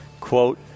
quote